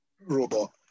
robot